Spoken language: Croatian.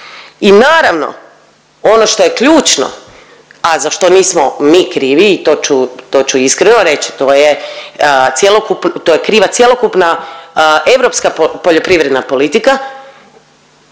I naravno ono što je ključno, a za što mi nismo krivi i to ću, to ću iskreno reći, to je kriva cjelokupna europska poljoprivredna politika,